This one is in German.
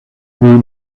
mir